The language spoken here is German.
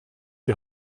die